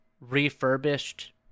refurbished